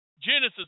Genesis